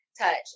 touch